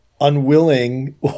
unwilling